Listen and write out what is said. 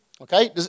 Okay